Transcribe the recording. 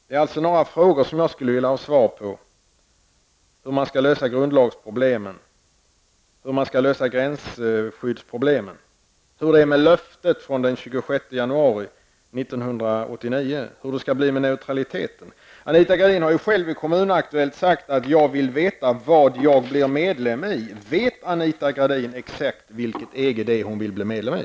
Det är alltså några frågor som jag skulle vilja ha svar på -- hur man skall lösa grundlagsproblemen, hur man skall lösa gränsskyddsproblemen, hur det är med löftet från den 26 januari 1989 och hur det skall bli med neutraliteten. Anita Gradin har ju själv i Kommunaktuellt sagt: Jag vill veta vad jag blir medlem i. Vet Anita Gradin exakt vilket EG det är hon vill bli medlem i?